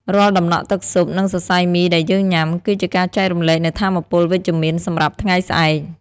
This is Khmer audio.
រាល់តំណក់ទឹកស៊ុប និងសរសៃមីដែលយើងញ៉ាំ គឺជាការចែករំលែកនូវថាមពលវិជ្ជមានសម្រាប់ថ្ងៃស្អែក។